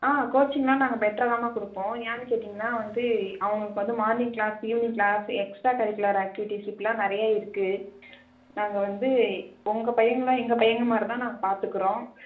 ஆ கோச்சிங்கெலாம் நாங்கள் பெட்டரா தாம்மா கொடுப்போம் ஏன்னு கேட்டீங்கன்னால் வந்து அவங்களுக்கு வந்து morning class evening class extra curricular activities இப்படிலாம் நிறைய இருக்குது நாங்கள் வந்து உங்கள் பையங்களை எங்கள் பையங்க மாதிரி தான் நாங்கள் பார்த்துக்கிறோம்